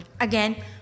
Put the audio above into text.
Again